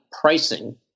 pricing